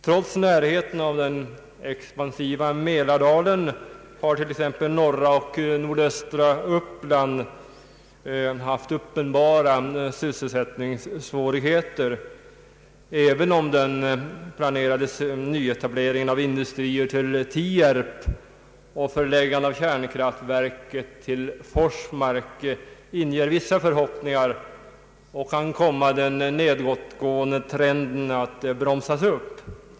Trots närheten till den expansiva Mälardalen har t.ex. norra och nordöstra Uppland haft uppenbara sysselsättningssvårigheter, även om den planerade nyetableringen av industrier till Tierp och förläggandet av kärnkraftverk till Forsmark kan komma den nedåtgående trenden att bromsas upp.